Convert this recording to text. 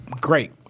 great